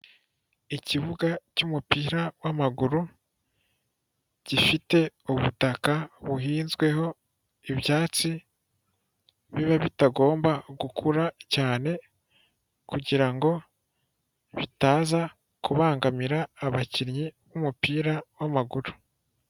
Ikibuga cy'umupira w'amaguru gifite ubutaka buhinzweho ibyatsi biba bitagomba gukura cyane, kugirango ngo bitaza kubangamira abakinnyi b'umupira w'amaguru.